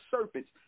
serpents